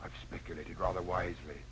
i've speculated rather wisely